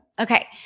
Okay